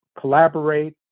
collaborate